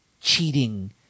cheating